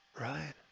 Right